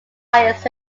highest